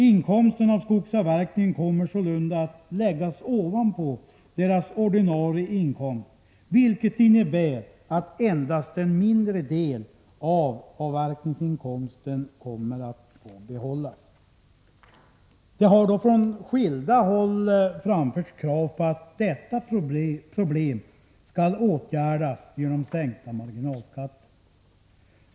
Inkomsten av skogsavverkningen kommer sålunda att läggas ovanpå deras ordinarie inkomst, vilket innebär att endast en mindre del av avverkningsinkomsten kommer att få behållas. Från skilda håll har det framförts krav på att detta problem skall åtgärdas genom sänkta marginalskatter.